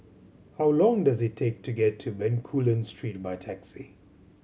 how long does it take to get to Bencoolen Street by taxi